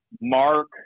Mark